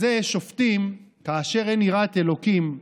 אז זה, שופטים, כאשר אין יראת אלוקים,